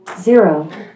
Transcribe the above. Zero